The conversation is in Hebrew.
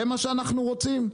זה מה שאנחנו רוצים?